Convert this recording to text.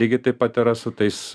lygiai taip pat yra su tais